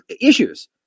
issues